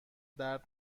درد